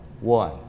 one